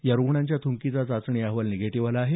या रुग्णांच्या थुंकीचा चाचणी अहवाल निगेटीव्ह आला आहे